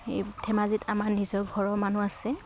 এই ধেমাজিত আমাৰ নিজৰ ঘৰৰ মানুহ আছে